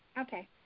Okay